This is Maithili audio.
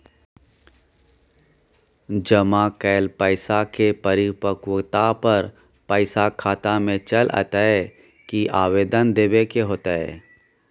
जमा कैल पैसा के परिपक्वता पर पैसा खाता में चल अयतै की आवेदन देबे के होतै?